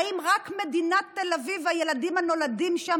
האם רק מדינת תל אביב והילדים הנולדים שם